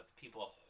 people